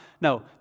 no